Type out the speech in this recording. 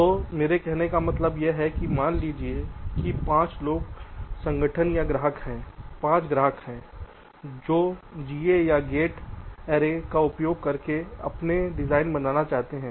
तो मेरे कहने का मतलब यह है कि मान लीजिए कि पाँच लोग संगठन या ग्राहक हैं पाँच ग्राहक हैं जो GA या गेट एरेस का उपयोग करके अपने डिज़ाइन बनाना चाहते हैं